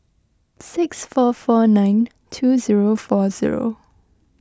six four four nine two zero four zero